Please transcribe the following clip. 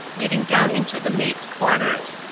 leading down into the maids' quarters.